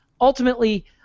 ultimately